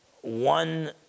one